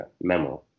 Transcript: Memo